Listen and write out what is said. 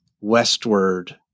westward